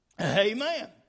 Amen